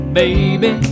baby